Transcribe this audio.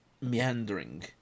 meandering